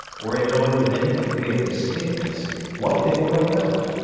or in knowing with any degree of distinctness what they were about,